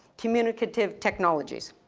communicative technologies.